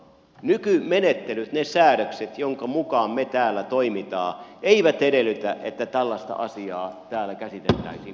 nykymenettelyt ne säädökset joiden mukaan me täällä toimimme eivät edellytä että tällaista asiaa täällä käsiteltäisiin koko eduskunnassa